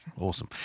awesome